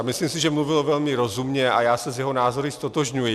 Myslím si, že mluvil velmi rozumně, a já se s jeho názory ztotožňuji.